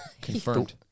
Confirmed